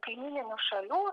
kaimyninių šalių